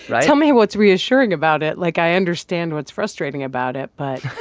right? tell me what's reassuring about it. like, i understand what's frustrating about it, but.